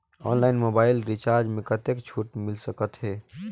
Online mobile recharge मे कतेक छूट मिल सकत हे?